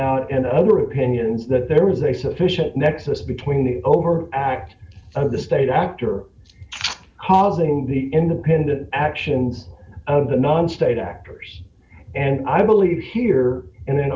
out and other opinions that there was a sufficient nexus between the overt act of the state actor causing the independent action and the non state actors and i believe here and